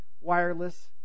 wireless